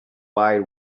wide